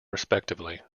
respectively